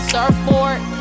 Surfboard